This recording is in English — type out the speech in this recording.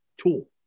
tool